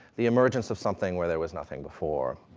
the emergence of something where there was nothing before.